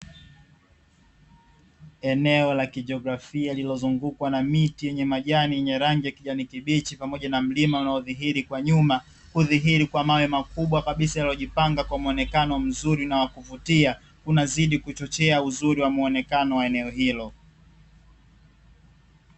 Eneo la kijiografia lililozungukwa na miti yenye majani yenye rangi ya kijani kibichi pamoja na mlima unaodhihiri kwa nyuma, kudhihiri kwa mawe makubwa kabisa yaliyojipanga kwa muonekano mzuri na wa kuvutia kunazidi kuchochea uzuri wa muonekano wa eneo hilo.